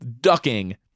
ducking